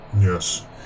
Yes